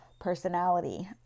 personality